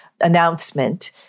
announcement